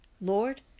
Lord